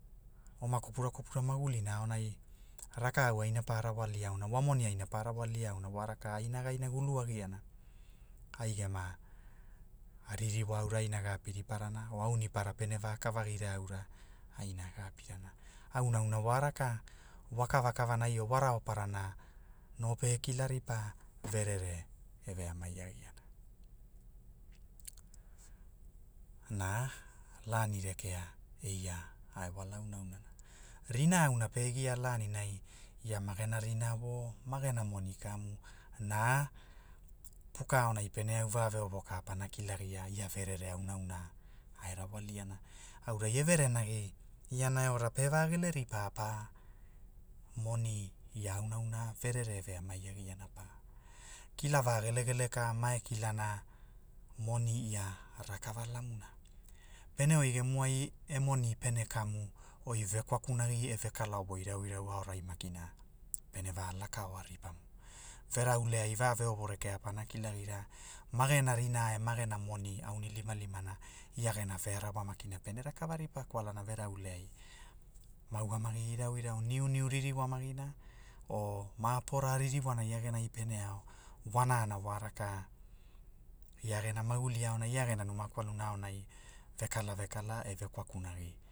Oma kopura kopura magulina aonai, rakau aina pa rawalia auna wa moni aina pa rawalia auna wa raka aina ge inagulu agiana, ai gema, a- ririwa aura aina ga api riparana o aunipara pene vakavagira aura, aina ge apirana, auna auna wa raka, wa kava kava nai o wa raoparana, no pe kila ripa, verere, e veamai agiana. Na lani rekea, eia, a e wala auna aunana, rina auna pe gia laninai ia magena rina wo, magena moni kamu na, puka aonai pene au va veovoka pana kilagia ia verere auna auna, a e rawaliana aurai e verenagi, iana e ora pa vagele ripa, pa, moni, ia aunaauna verere eveamai agiana pa, kila va gele gele ka ma e kilana, moni ia, rakava lamuna, pene oi gemu ai, e moni pene kamu, oi vekwakunagi e ve kala woi irauirau aorai makira, pene va laka oa ripamu, verauleai ve veovo rekea pana kilagira, magena rinaa a magena moni, aunilimalimana, ia gena vearawa makina pene rakava ripa kwalana verauleai ma ugamagi irau irau niuniu ririwamagina, o ma- apora ririwana ia genai pene ao, wanana wa raka, ia gena maguli aonai pa gena numa kwaluna aonai, ve kala vekala e vekwakunagi